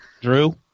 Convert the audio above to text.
Drew